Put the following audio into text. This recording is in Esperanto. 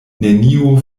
neniu